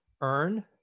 Earn